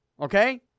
Okay